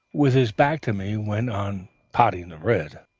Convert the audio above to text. with his back to me, went on potting the red.